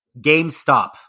GameStop